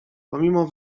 pomimo